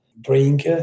drink